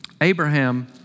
Abraham